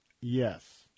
Yes